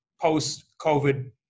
post-COVID